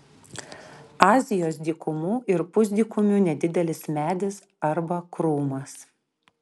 azijos dykumų ir pusdykumių nedidelis medis arba krūmas